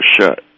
shut